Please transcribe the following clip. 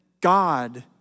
God